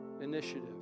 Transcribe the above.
initiative